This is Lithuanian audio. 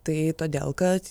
tai todėl kad